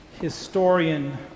historian